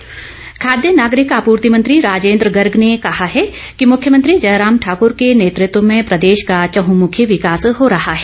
गर्ग खाद्य नागरिक आपूर्ति मंत्री राजेन्द्र गर्ग ने कहा है कि मुख्यमंत्री जयराम ठाकुर के नेतृत्व में प्रदेश का चहुमुखी विकास हो रहा है